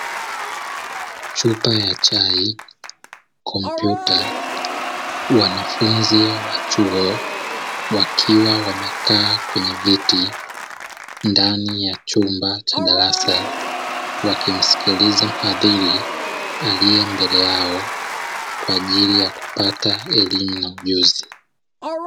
Chupa ya chai, kompyuta wanafunzi wa chuo wakiwa wamekaa kwenye viti ndani ya chumba cha darasa wakimsikiliza mhadhiri aliye mbele yao kwaajili yakupata elimu na ujuzi.